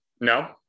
No